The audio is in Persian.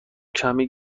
کمی